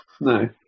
No